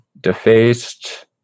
Defaced